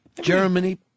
Germany